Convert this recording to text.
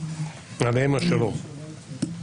עליהם השלום.